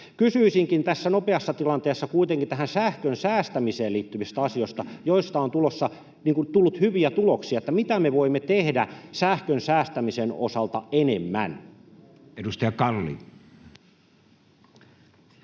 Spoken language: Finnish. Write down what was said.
Kysyisinkin tässä nopeassa tilanteessa kuitenkin tähän sähkön säästämiseen liittyvistä asioista, joista on tullut hyviä tuloksia: mitä me voimme tehdä sähkön säästämisen osalta enemmän? [Speech 68]